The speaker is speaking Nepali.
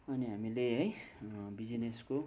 अनि हामीले है बिजनेसको